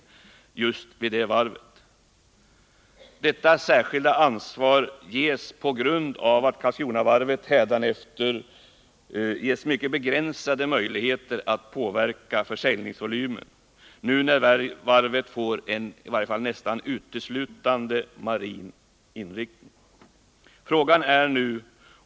Att just Karlskronavarvet ges detta särskilda ansvar beror på att varvet hädanefter får mycket begränsade möjligheter att påverka försäljningsvolymen eftersom varvet nu får en nästan uteslutande marin inriktning.